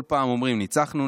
כל פעם אומרים: ניצחנו,